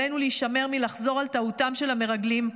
עלינו להישמר מלחזור על טעותם של המרגלים.